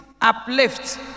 uplift